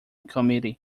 committee